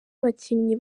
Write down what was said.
abakinnyi